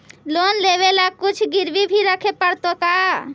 Loan लेबे ल कुछ गिरबी भी रखे पड़तै का?